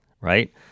Right